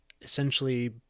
essentially